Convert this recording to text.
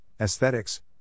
aesthetics